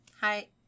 Hi